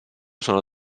sono